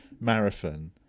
marathon